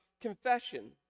confession